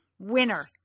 Winner